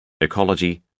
Ecology